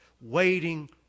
Waiting